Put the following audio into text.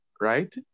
right